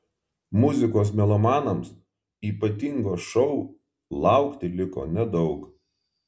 muzikos melomanams ypatingo šou laukti liko nedaug